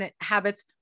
habits